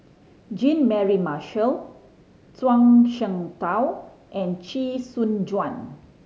Jean Mary Marshall Zhuang Shengtao and Chee Soon Juan